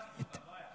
חיפשתי אותם ולא היו.